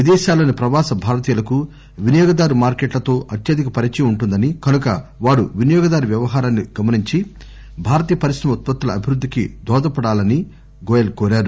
విదేశాల్లోని ప్రవాస భారతీయులకు వినియోగదారు మార్కెట్లతో అత్యధిక పరిచయం ఉంటుందని కనుక వారు వినియోగదారు వ్యవహారాన్ని గమనించి భారతీయ పరిశ్రమ ఉత్పత్తుల అభివృద్ధికి దోహదపడాలని గోయల్ కోరారు